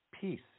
peace